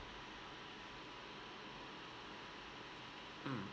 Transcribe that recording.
mm